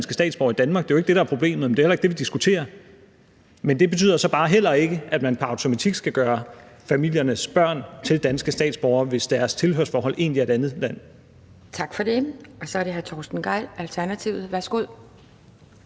udenlandske statsborgere i Danmark; det er jo ikke det, der er problemet, men det er heller ikke det, vi diskuterer. Men det betyder så bare heller ikke, at man pr. automatik skal gøre familiernes børn til danske statsborgere, hvis deres tilhørsforhold egentlig er til et andet land. Kl. 11:53 Anden næstformand (Pia Kjærsgaard): Tak for det. Og så er det hr. Torsten Gejl, Alternativet. Værsgo.